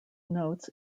notes